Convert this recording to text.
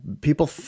people